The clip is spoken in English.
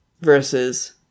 versus